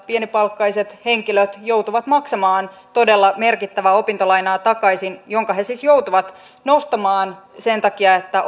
pienipalkkaiset henkilöt joutuvat maksamaan takaisin todella merkittävää opintolainaa jonka he siis joutuvat nostamaan sen takia että